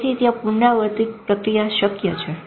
તેથી ત્યાં પુનરાવર્તિત પ્રક્રિયા શક્ય છે